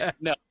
No